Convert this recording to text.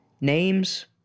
Names